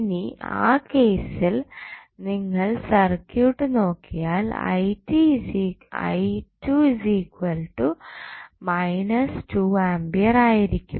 ഇനി ആ കേസിൽ നിങ്ങൾ സർക്യൂട്ട് നോക്കിയാൽ ആയിരിക്കും